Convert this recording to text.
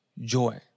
joy